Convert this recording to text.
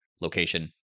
location